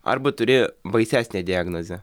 arba turi baisesnę diagnozę